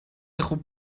خوب